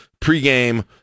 pregame